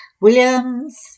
Williams